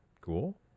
cool